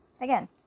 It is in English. Again